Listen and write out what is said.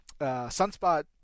Sunspot